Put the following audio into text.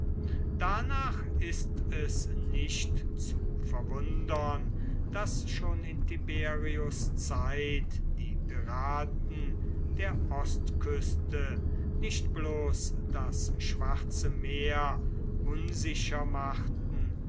danach ist es nicht zu verwundern daß schon in tiberius zeit die piraten der ostküste nicht bloß das schwarze meer unsicher machten